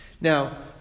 now